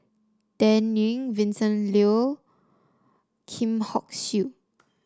Dan Ying Vincent Leow Kim Hock Siew